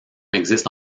existe